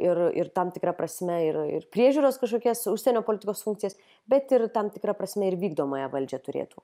ir ir tam tikra prasme ir ir priežiūros kažkokias užsienio politikos funkcijas bet ir tam tikra prasme ir vykdomąją valdžią turėtų